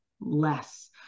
less